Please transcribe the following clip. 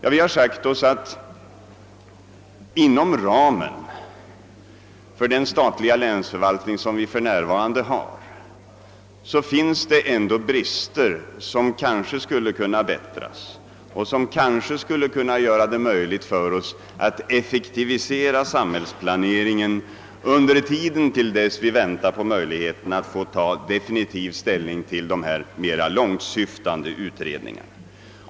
Ja, vi har sagt oss att inom ramen för den nuvarande statliga länsförvaltningen finns det ändå brister som skulle kunna undanröjas, så att det blev möjligt för oss att effektivisera samhällsplaneringen under den tid vi väntar på att få möjlighet att ta definitiv ställning till de mera långsiktiga utredningarna.